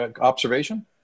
Observation